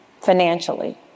financially